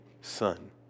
Son